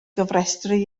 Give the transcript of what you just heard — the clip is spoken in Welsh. gofrestru